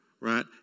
Right